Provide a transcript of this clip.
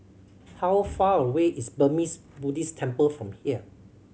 how far away is Burmese Buddhist Temple from here